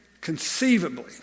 conceivably